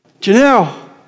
Janelle